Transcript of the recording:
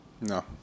No